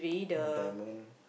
what diamond